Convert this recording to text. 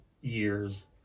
years